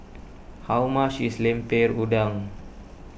how much is Lemper Udang